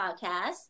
podcast